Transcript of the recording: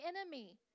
enemy